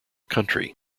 country